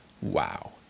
wow